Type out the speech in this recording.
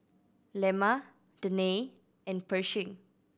Lemma Danae and Pershing